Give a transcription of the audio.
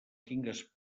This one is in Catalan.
tingues